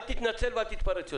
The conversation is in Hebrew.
אל תתנצל ואל תתפרץ יותר.